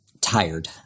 tired